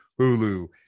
hulu